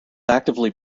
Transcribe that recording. actively